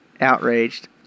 Outraged